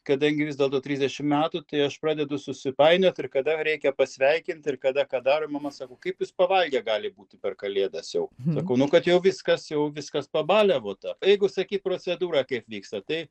kadangi vis dėlto trisdešim metų tai aš pradedu susipainiot ir kada reikia pasveikint ir kada ką darom mama sako kaip jūs pavalgę gali būti per kalėdas jau sakau nu kad jau viskas jau viskas pabaliavota jeigu sakyt procedūrą kaip vyksta tai